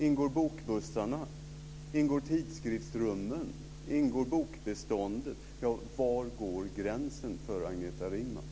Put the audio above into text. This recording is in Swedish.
Ingår bokbussarna? Ingår tidskriftsrummen? Ingår bokbeståndet? Var går gränsen för Agneta Ringman?